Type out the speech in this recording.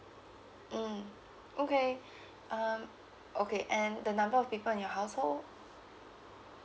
mm okay um okay and the number of people in your household